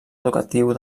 educatiu